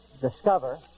discover